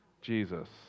Jesus